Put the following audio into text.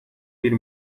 bir